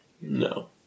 no